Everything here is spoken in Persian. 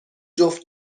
جفت